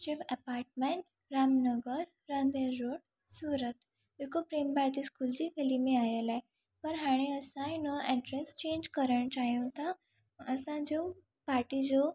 Shiv apartment Ram Nagar Randher road Surat जेको Prem Bharati school जी गिली में आयल आहे पर हाणे असां आहे न एड्रेस चेंज करण चाहियूं था असांजो पार्टी जो